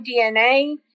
DNA